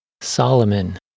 Solomon